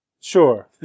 Sure